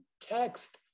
text